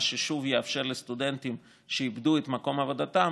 מה ששוב יאפשר לסטודנטים שאיבדו את מקום עבודתם